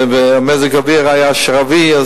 ומזג האוויר היה שרבי,